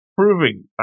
proving